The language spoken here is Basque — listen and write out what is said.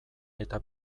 eta